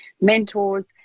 mentors